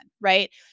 right